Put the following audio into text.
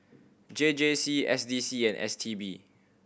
J J C S D C and S T B